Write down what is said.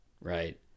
Right